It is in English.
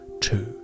Two